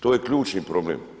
To je ključni problem.